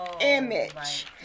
image